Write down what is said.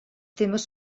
temes